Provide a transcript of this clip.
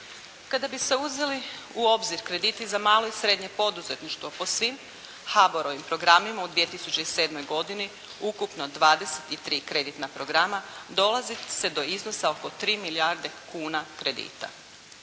Kada bi se uzeli u obzir krediti za malo i srednje poduzetništvo po svim HBOR-ovim programima u 2007. godini ukupno 23 kreditna programa dolazi se do iznosa oko 3 milijarde kuna kredita.